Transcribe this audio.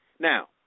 Now